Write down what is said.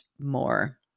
more